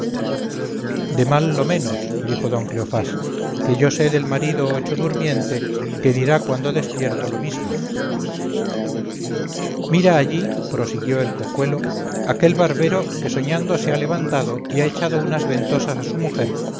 del mal lo menos dijo don cleofás que yo sé del marido ochodurmiente que dirá cuando despierto lo mismo mira allí prosiguió el cojuelo aquel barbero que soñando se ha levantado y ha echado unas ventosas a su mujer